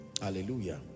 hallelujah